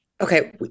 Okay